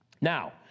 Now